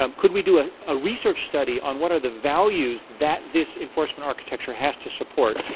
um could we do a ah research study on what are the values that this enforcement architecture has to support?